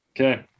okay